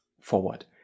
forward